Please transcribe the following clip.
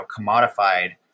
commodified